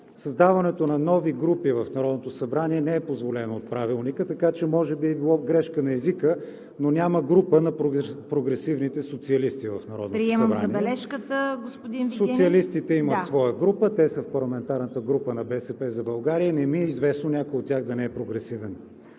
Създаването на нови групи в Народното събрание не е позволено от Правилника, така че може би е било грешка на езика, но няма група на прогресивните социалисти в Народното събрание. ПРЕДСЕДАТЕЛ ЦВЕТА КАРАЯНЧЕВА: Приемам забележката, господин Вигенин. КРИСТИАН ВИГЕНИН: Социалистите имат своя група – те са в парламентарната група на БСП за България, и не ми е известно някой от тях да не е прогресивен.